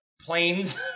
Planes